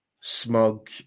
smug